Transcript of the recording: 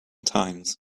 times